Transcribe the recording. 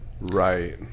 Right